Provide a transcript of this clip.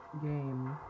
game